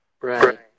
right